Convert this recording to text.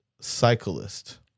cyclist